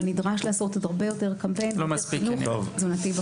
אבל נדרש לעשות עוד הרבה יותר קמפיינים לחינוך תזונתי.